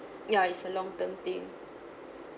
ya it's a long term thing